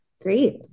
Great